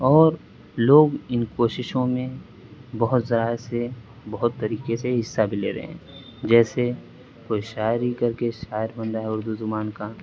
اور لوگ ان کوششوں میں بہت ذرائع سے بہت طریقے سے حصہ بھی لے رہے ہیں جیسے کوئی شاعری کر کے شاعر بن رہا ہے اردو زبان کا